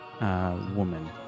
Woman